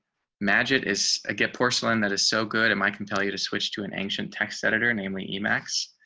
magic is a get porcelain. that is so good. am i compel you to switch to an ancient texts editor, namely emacs.